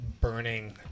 Burning